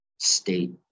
state